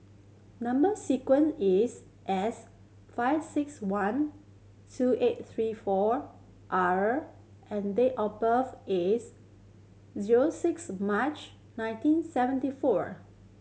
number sequence is S five six one two eight three four R and date of birth is zero six March nineteen seventy four